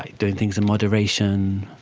ah doing things in moderation,